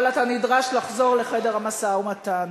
אבל אתה נדרש לחזור לחדר המשא-ומתן.